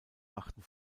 machten